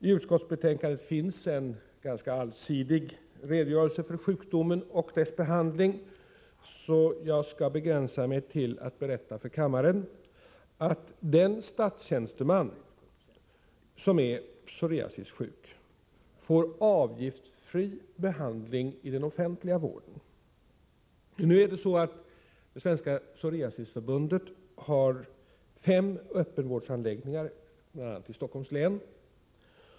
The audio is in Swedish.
I utskottsbetänkandet finns en ganska allsidig redogörelse för sjukdomen och dess behandling, så jag skall begränsa mig till att berätta för kammaren att den statstjänsteman som är psoriasissjuk får avgiftsfri behandling i den offentliga vården. Svenska psoriasisförbundet har fem öppenvårdsanläggningar i Stockholms län.